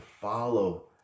follow